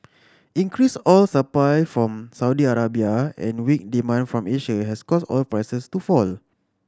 increased oil supply from Saudi Arabia and weak demand from Asia has caused oil prices to fall